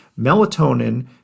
melatonin